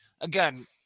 again